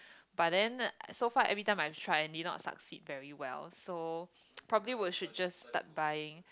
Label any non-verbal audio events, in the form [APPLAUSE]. but then so far everytime I try did not succeed very well so [NOISE] probably will should just start buying